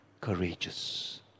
courageous